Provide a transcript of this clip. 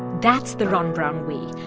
that's the ron brown way.